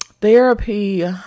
Therapy